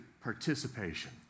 participation